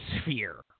sphere